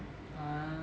ah